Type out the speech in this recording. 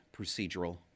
procedural